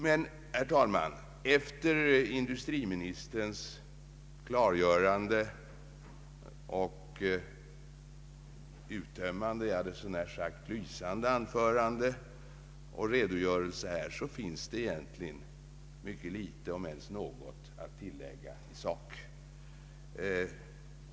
Men, herr talman, efter industriministerns klargörande och uttömmande — jag hade så när sagt lysande — redogörelse finns det mycket litet, om ens något, att tillägga i sak.